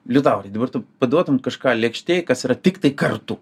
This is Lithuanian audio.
liutaurai dabar tu paduotum kažką lėkštėj kas yra tiktai kartu